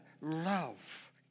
love